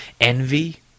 envy